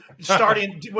Starting